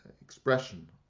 expression